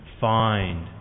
Find